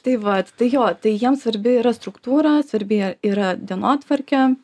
tai vat tai jo tai jiems svarbi yra struktūra svarbi yra dienotvarkė